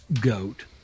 goat